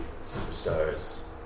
superstars